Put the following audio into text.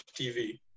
TV